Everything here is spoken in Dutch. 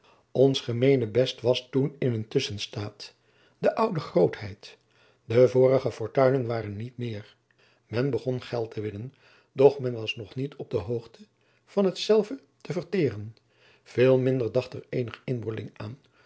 ons gemeenebest was toen in een tusschenstaat de oude grootheid de vorige fortuinen waren niet meer men begon geld te winnen doch men was nog niet op de hoogte van hetzelve te verteeren veel min dacht er eenig inboorling aan